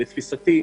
לתפיסתי,